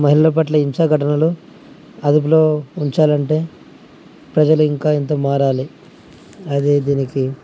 మహిళల పట్ల హింసా ఘటనలు అదుపులో ఉంచాలంటే ప్రజలు ఇంకా ఇంత మారాలి అది దీనికి